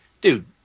dude